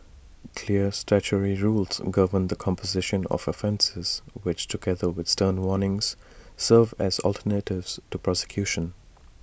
clear statutory rules govern the composition of offences which together with stern warnings serve as alternatives to prosecution